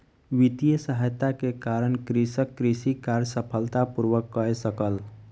वित्तीय सहायता के कारण कृषक कृषि कार्य सफलता पूर्वक कय सकल